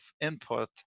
input